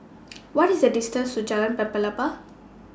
What IS The distance to Jalan Pelepah